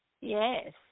Yes